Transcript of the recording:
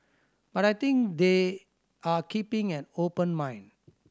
but I think they are keeping an open mind